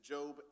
Job